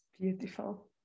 Beautiful